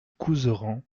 couserans